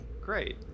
great